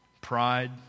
pride